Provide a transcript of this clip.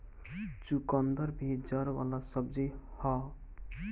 चुकंदर भी जड़ वाला सब्जी हअ